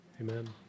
amen